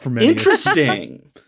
interesting